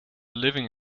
living